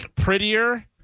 Prettier